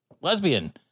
lesbian